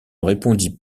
répondit